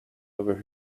over